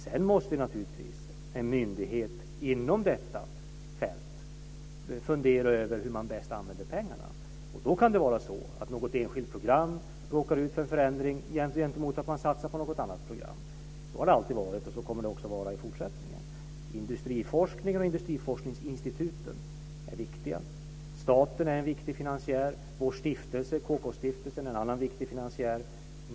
Sedan måste naturligtvis en myndighet inom detta fält fundera över hur man bäst använder pengarna. Då kan det vara så att något enskilt program råkar ut för en förändring men att man i gengäld satsar på något annat program. Så har det alltid varit, och så kommer det också att vara i fortsättningen. Industriforskningen och industriforskningsinstituten är viktiga. Staten är en viktig finansiär. Vår stiftelse - KK-stiftelsen - är en annan viktig finansiär.